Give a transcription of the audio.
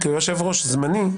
כיושב-ראש זמני,